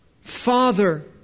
Father